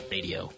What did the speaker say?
Radio